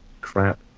crap